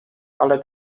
ale